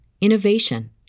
innovation